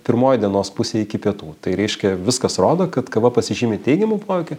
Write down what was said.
pirmoj dienos pusėj iki pietų tai reiškia viskas rodo kad kava pasižymi teigiamu poveikiu